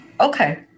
Okay